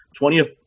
20th